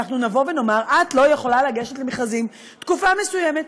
אנחנו נאמר: את לא יכולה לגשת למכרזים תקופה מסוימת.